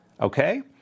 Okay